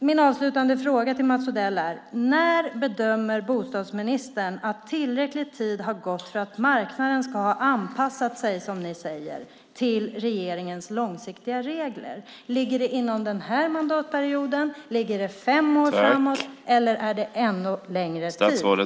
Min avslutande fråga till Mats Odell är: När bedömer bostadsministern att tillräcklig tid har gått för att marknaden ska ha anpassat sig, som ni säger, till regeringens långsiktiga regler? Ligger det inom den här mandatperioden, ligger det fem år framåt, eller är det ännu längre fram i tiden?